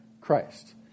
Christ